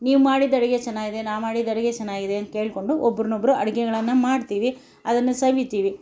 ನೀವು ಮಾಡಿದ ಅಡುಗೆ ಚೆನ್ನಾಗಿದೆ ನಾ ಮಾಡಿದ ಅಡುಗೆ ಚೆನ್ನಾಗಿದೆ ಅಂತ ಕೇಳ್ಕೊಂಡು ಒಬ್ರನ್ನೊಬ್ರು ಅಡುಗೆಗಳನ್ನ ಮಾಡ್ತೀವಿ ಅದನ್ನು ಸವಿತೀವಿ